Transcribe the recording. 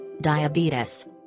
diabetes